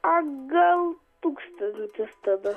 a gal tūkstantis tada